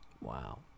Wow